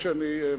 אף שאני מציע,